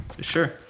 Sure